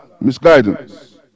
misguidance